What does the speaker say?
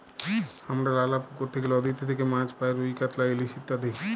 হামরা লালা পুকুর থেক্যে, লদীতে থেক্যে মাছ পাই রুই, কাতলা, ইলিশ ইত্যাদি